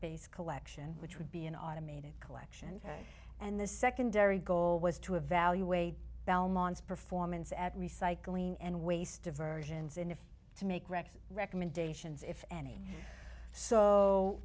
based collection which would be an automated collection and the secondary goal was to evaluate belmont's performance at recycling and waste diversions and if to make correct recommendations if any so